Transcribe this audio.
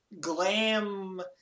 glam